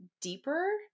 deeper